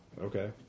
okay